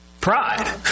Pride